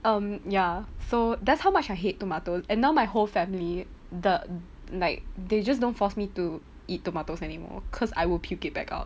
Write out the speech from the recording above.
um ya so that's how much I hate tomato and now my whole family the like they just don't force me to eat tomatoes anymore cause I will puke it back out